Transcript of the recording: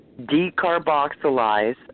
decarboxylize